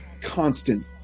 constant